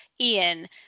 Ian